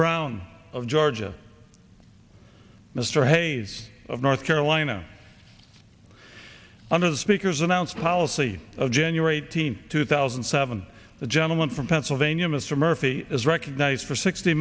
brown of georgia mr hayes of north carolina one of the speakers announced policy of january eighteenth two thousand and seven the gentleman from pennsylvania mr murphy is recognized for sixty